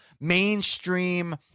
mainstream